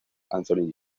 anthony